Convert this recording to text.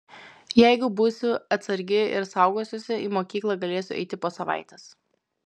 jeigu būsiu atsargi ir saugosiuosi į mokyklą galėsiu eiti po savaitės